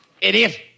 Idiot